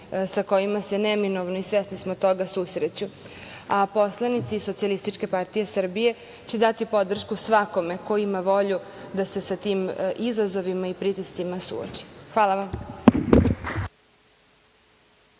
sa kojima se neminovno, i svesni smo toga, susreću. Poslanici Socijalističke partije Srbije će dati podršku svakome ko ima volju da se sa tim izazovima i pritiscima suoči. Hvala vam.